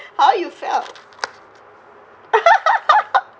how you felt